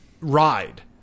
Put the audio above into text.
ride